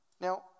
Now